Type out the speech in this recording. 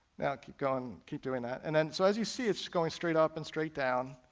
now keep going, keep doing that, and and so as you see it's going straight up and straight down,